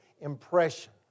impression